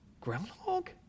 groundhog